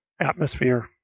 atmosphere